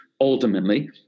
ultimately